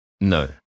No